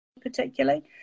particularly